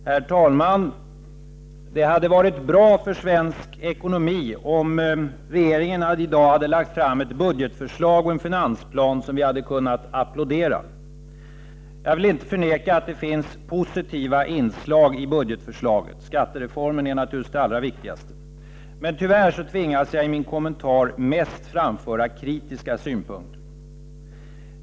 Herr talman! Det hade varit bra för svensk ekonomi om regeringen i dag hade lagt fram ett budgetförslag och en finansplan som vi hade kunnat applådera. Jag vill inte förneka att det finns positiva inslag i budgetförslaget —skattereformen är naturligtvis det allra viktigaste — men tyvärr tvingas jag i min kommentar mest framföra kritiska synpunkter.